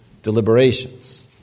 Deliberations